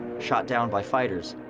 shot down by fighters.